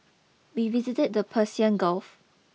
we visited the Persian Gulf